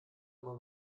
mal